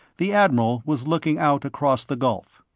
the admiral was looking out across the gulf.